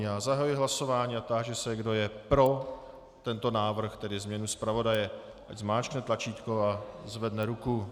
Já zahajuji hlasování a táži se, kdo je pro tento návrh pro změnu zpravodaje, ať zmáčkne tlačítko a zvedne ruku.